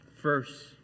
First